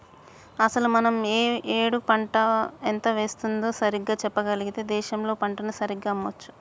అసలు మనం ఒక ఏడు పంట ఎంత వేస్తుందో సరిగ్గా చెప్పగలిగితే దేశంలో పంటను సరిగ్గా అమ్మొచ్చు